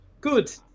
Good